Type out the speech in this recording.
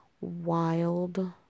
wild